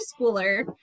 schooler